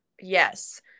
Yes